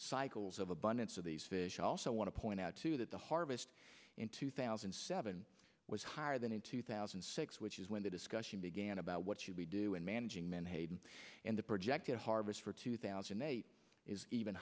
cycles of abundance of these fish i also want to point out too that the harvest in two thousand and seven was higher than in two thousand and six which is when the discussion began about what should we do in managing menhaden and the projected harvest for two thousand and eight is even